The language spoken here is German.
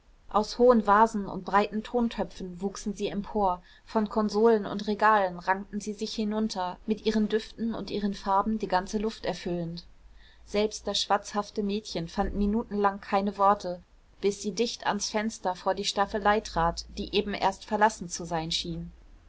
aus hohen vasen und breiten tontöpfen wuchsen sie empor von konsolen und regalen rankten sie sich hinunter mit ihren düften und ihren farben die ganze luft erfüllend selbst das schwatzhafte mädchen fand minutenlang keine worte bis sie dicht ans fenster vor die staffelei trat die eben erst verlassen zu sein schien